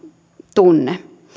tunne